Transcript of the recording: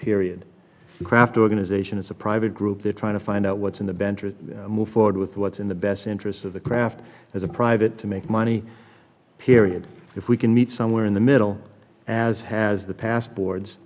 period craft organization as a private group they're trying to find out what's in the bench or move forward with what's in the best interests of the craft as a private to make money period if we can meet somewhere in the middle as has the past boards